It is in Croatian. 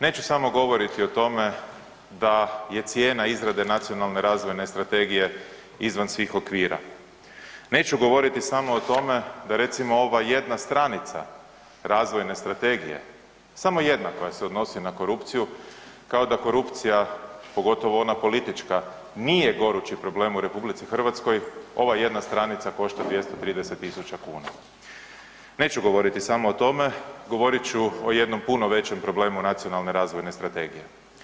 Neću samo govoriti o tome da je cijena izrade Nacionalne razvojne strategije izvan svih okvira, neću govoriti samo o tome da recimo ova jedna stranica razvojne strategije, samo jedna koja se odnosi na korupciju kao da korupcija pogotovo ona politička nije gorući problem u RH, ova jedna stranica košta 230.000 kuna, neću govoriti samo o tome, govorit ću o jednom puno većem problemu Nacionalne razvojne strategije.